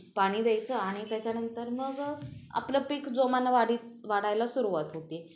पाणी द्यायचं आणि त्याच्यानंतर मग आपलं पीक जोमानं वाढी वाढायला सुरुवात होते